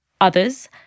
Others